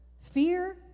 fear